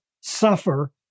suffer